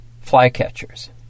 flycatchers